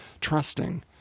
trusting